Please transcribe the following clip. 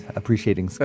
appreciating